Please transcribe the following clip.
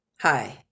Hi